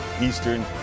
eastern